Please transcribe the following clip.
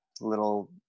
little